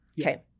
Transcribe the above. Okay